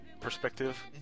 perspective